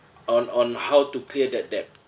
on on how to clear that debt